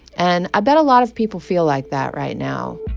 and i bet a lot of people feel like that right now.